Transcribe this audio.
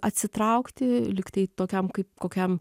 atsitraukti lygtai tokiam kaip kokiam